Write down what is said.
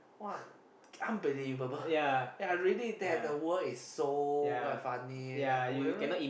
what unbelievable ya I really that the world is so quite funny like we